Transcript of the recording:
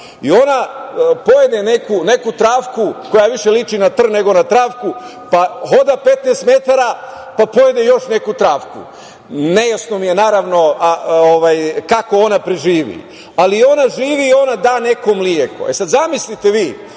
i ona pojede neku travku, koja više liči na trn nego na travku, pa hoda 15 metara, pa pojede još neku travku. Nejasno mi je kako ona preživi. Ali, ona živi i ona da neko mleko. Sada, zamislite vi